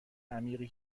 عمیقی